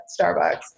Starbucks